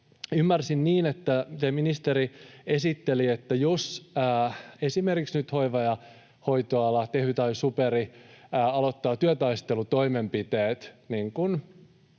ymmärsin niin, että ministeri esitteli, että jos esimerkiksi nyt hoiva- ja hoitoala, Tehy tai SuPer, aloittavat työtaistelutoimenpiteet